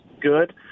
good